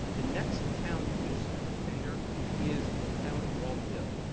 the next town east from pender is the town of walthill.